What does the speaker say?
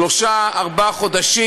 שלושה-ארבעה חודשים,